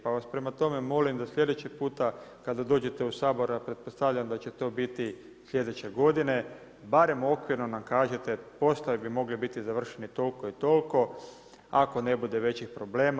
Pa vas prema tome molim da sljedeći puta kada dođete u Sabor, a pretpostavljam da će to biti sljedeće godine, barem okvirno nam kažite … bi mogli biti završeni toliko i toliko, ako ne bude većih problema.